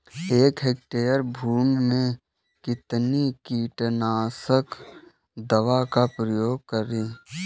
एक हेक्टेयर भूमि में कितनी कीटनाशक दवा का प्रयोग करें?